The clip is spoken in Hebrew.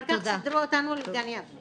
אחר כך סידרו אותנו לגן יבנה.